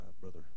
Brother